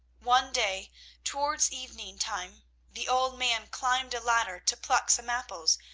one day towards evening time the old man climbed a ladder to pluck some apples,